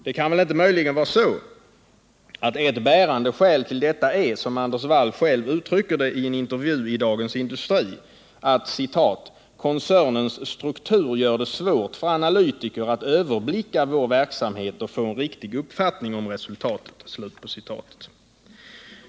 Det kan väl inte möjligen vara så att ett vägande skäl till detta är, som Anders Wall själv uttrycker det i en intervju i Dagens Industri, att ”koncernens struktur gör det svårt för analytiker att överblicka vår verksamhet och få en riktig uppfattning om resultatet”.